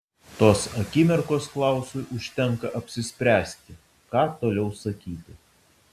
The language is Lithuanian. tos akimirkos klausui užtenka apsispręsti ką toliau sakyti